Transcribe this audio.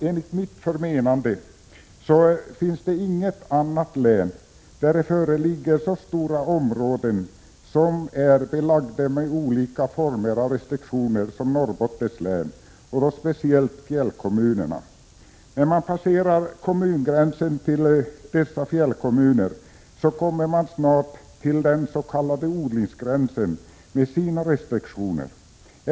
Enligt mitt förmenande finns det inget annat län där det föreligger så stora områden som är belagda med olika former av restriktioner som Norrbottens län och då speciellt fjällkommunerna. När man passerar kommungränsen till dessa fjällkommuner kommer man snart till den s.k. odlingsgränsen med dess restriktioner.